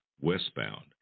Westbound